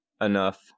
enough